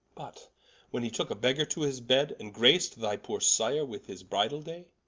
but when he tooke a begger to his bed, and grac'd thy poore sire with his bridall day,